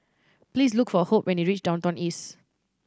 please look for Hope when you reach Downtown East